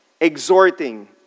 Exhorting